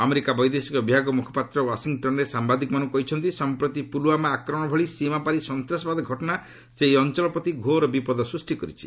America ବୈଦେଶିକ ବିଭାଗ ମ୍ରଖପାତ୍ର ୱାଶିଂଟନ୍ରେ ସାମ୍ଭାଦିକମାନଙ୍କୁ କହିଛନ୍ତି ସମ୍ପ୍ରତି ପୁଲ୍ୱାମା ଆକ୍ରମଣ ଭଳି ସୀମାପାରି ସନ୍ତାସବାଦ ଘଟଣା ସେହି ଅଞ୍ଚଳ ପ୍ରତି ଘୋର ବିପଦ ସୃଷ୍ଟି କରିଛି